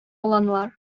olanlar